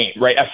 right